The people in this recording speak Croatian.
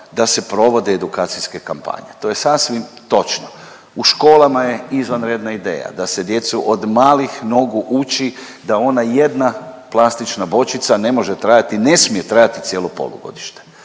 da se provode edukacijske kampanje. To je sasvim točno. U školama je izvanredna ideja da se djecu od malih nogu uči da ona jedna plastična bočica ne može trajati, ne smije trajati cijelo polugodište.